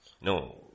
No